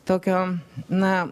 tokio na